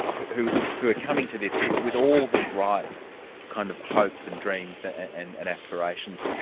who who are coming to this with with all the right kind of hopes and dreams and and aspirations,